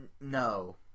no